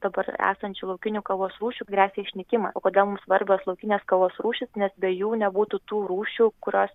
dabar esančių laukinių kavos rūšių gresia išnykimas o kodėl mum svarbios laukinės kavos rūšys nes be jų nebūtų tų rūšių kurios